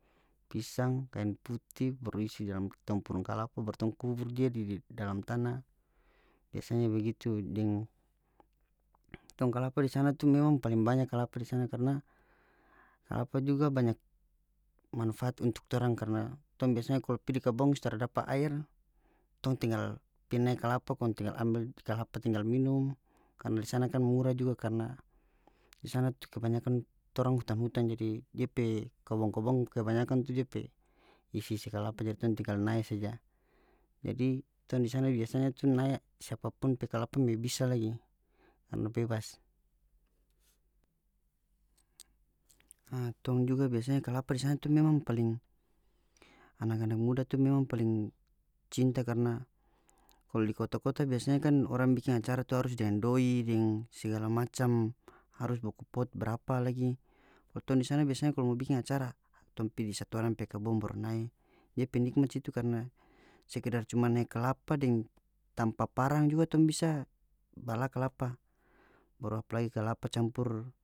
Pisang kaen putih baru isi dalam tampurung kalapa baru tong kubur dia di dalam tanah biasanya begitu deng tong kalapa di sana tu memang paling banya kalapa di sana karna kalapa juga banyak manfaat untuk torang karna tong biasanya kalu pigi di kabong so tara dapa aer tong tinggal pi nae kalapa kong tinggal ambe kalapa tinggal minum karna di sana kan murah juga karna di sana tu kebanyakan torang hutan-hutan jadi dia pe kabong-kabong kebanyakan tu dia pe isi-isi kalapa jadi tong tinggal nae saja jadi tong di sana biasanya tong nae siapapun pe kalapa me bisa lagi karna bebas a tong juga biasanya kalapa di sana tu memang paling anak-anak muda tu memang paling cinta karna kalu di kota-kota biasanya kan orang bikin acara tu harus dengan doi deng segala macam harus baku pot brapa lagi baru tong di sana biasanya kalu mo bikin acara tong pi di satu orang pe kebun baru nae dia pe nikmat situ karna sekedar cuma naik kelapa deng tampa parang juga tong bisa bala kalapa baru apalagi kalapa campur.